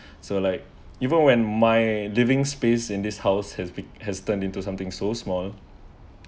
so like even when my living space in this house has been has turned into something so small